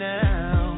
now